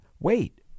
Wait